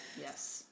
Yes